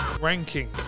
Ranking